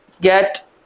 get